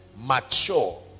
Mature